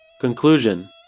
Conclusion